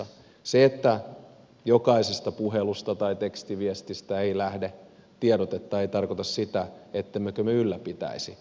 se että jokaisesta puhelusta tai tekstiviestistä ei lähde tiedotetta ei tarkoita sitä ettemmekö me ylläpitäisi suhteita